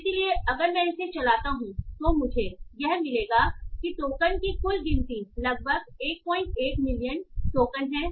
इसलिए अगर मैं इसे चलाता हूं तो मुझे यह मिलेगा कि टोकन की कुल गिनती लगभग 11 मिलियन टोकन है